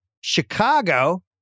Chicago